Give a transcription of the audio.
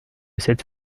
cette